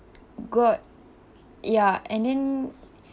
got ya and then